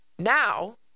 now